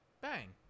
bang